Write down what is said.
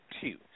two